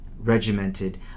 regimented